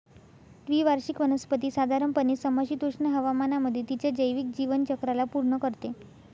द्विवार्षिक वनस्पती साधारणपणे समशीतोष्ण हवामानामध्ये तिच्या जैविक जीवनचक्राला पूर्ण करते